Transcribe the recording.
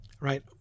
right